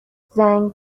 زنگ